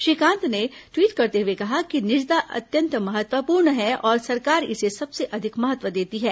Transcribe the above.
श्री कांत ने ट्वीट करते हुए कहा कि निजता अत्यंत महत्वपूर्ण है और सरकार इसे सबसे अधिक महत्व देती है